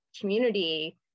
community